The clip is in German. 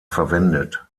verwendet